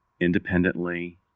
independently